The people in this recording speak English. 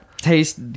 taste